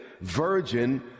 virgin